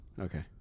Okay